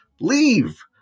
Leave